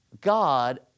God